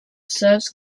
serves